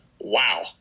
wow